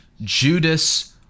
Judas